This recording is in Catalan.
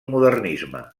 modernisme